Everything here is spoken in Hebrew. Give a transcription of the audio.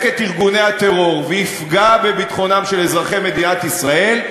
את ארגוני הטרור ויפגע בביטחונם של אזרחי מדינת ישראל,